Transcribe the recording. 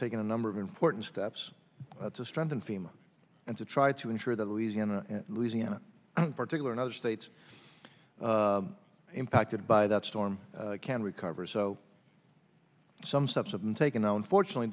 taken a number of important steps to strengthen fema and to try to ensure that louisiana louisiana particular and other states impacted by that storm can recover so some steps have been taken unfortunately